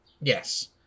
Yes